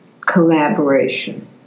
collaboration